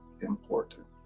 important